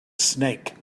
snake